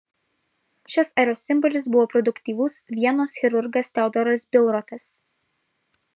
šios eros simbolis buvo produktyvus vienos chirurgas teodoras bilrotas